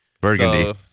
burgundy